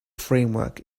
framework